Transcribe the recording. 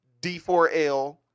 D4L